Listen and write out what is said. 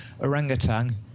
orangutan